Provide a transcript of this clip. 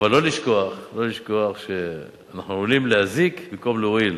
אבל לא לשכוח שאנחנו עלולים להזיק במקום להועיל.